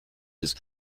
his